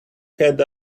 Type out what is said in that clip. had